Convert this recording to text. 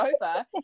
over